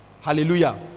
Hallelujah